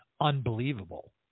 unbelievable